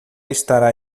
estará